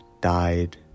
died